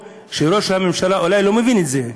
שראש הממשלה אולי לא מבין את זה,